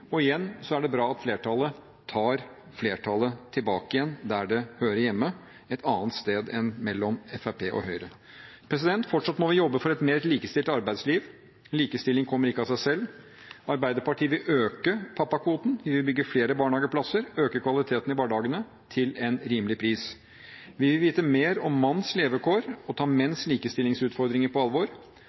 og igjen er det bra at flertallet tar flertallet tilbake til der det hører hjemme, et annet sted enn mellom Fremskrittspartiet og Høyre. Fortsatt må vi jobbe for et mer likestilt arbeidsliv. Likestilling kommer ikke av seg selv. Arbeiderpartiet vil øke pappakvoten, vi vil bygge flere barnehageplasser og øke kvaliteten i barnehagene – til en rimelig pris. Vi vil vite mer om mannens levekår og ta menns likestillingsutfordringer på alvor.